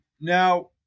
Now